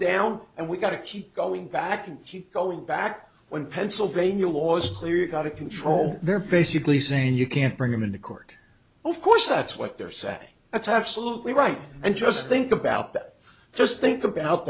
down and we've got to keep going back and keep going back when pennsylvania was cleared out of control they're basically saying you can't bring them in the court of course that's what they're saying that's absolutely right and just think about that just think about